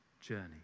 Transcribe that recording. journey